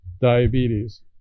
diabetes